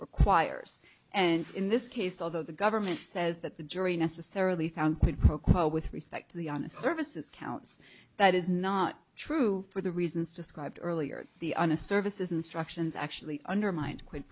requires and in this case although the government says that the jury necessarily found with respect to the on the services counts that is not true for the reasons described earlier the on a service is instructions actually undermined qui